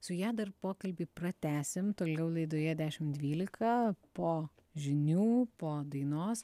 su ja dar pokalbį pratęsim toliau laidoje dešim dvylika po žinių po dainos